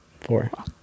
four